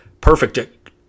perfect